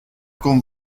con